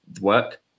work